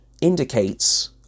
indicates